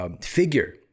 figure